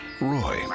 Roy